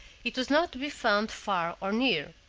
it was not to be found far or near.